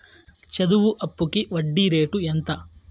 చదువు అప్పుకి వడ్డీ రేటు ఎంత?